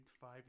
five